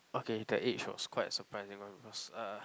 okay that age was quite a surprising one because uh